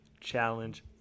challenge